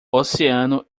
oceano